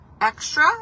extra